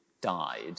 died